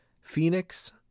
Phoenix